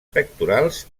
pectorals